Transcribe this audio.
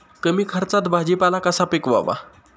कमी खर्चात भाजीपाला कसा पिकवावा?